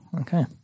okay